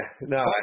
no